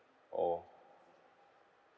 orh